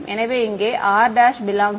எனவே இங்கே r ∈ V2